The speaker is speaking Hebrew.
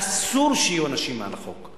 אסור שיהיו אנשים מעל החוק.